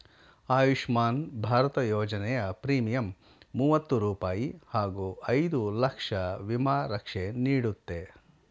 ಆಯುಷ್ಮಾನ್ ಭಾರತ ಯೋಜನೆಯ ಪ್ರೀಮಿಯಂ ಮೂವತ್ತು ರೂಪಾಯಿ ಹಾಗೂ ಐದು ಲಕ್ಷ ವಿಮಾ ರಕ್ಷೆ ನೀಡುತ್ತೆ